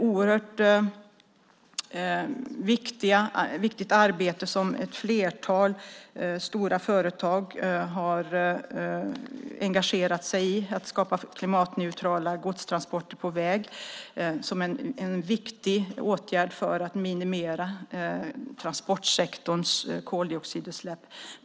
Det är ett oerhört viktigt arbete som ett flertal stora företag har engagerat sig i, att skapa klimatneutrala godstransporter på väg som en viktig åtgärd för att minimera transportsektorns koldioxidutsläpp.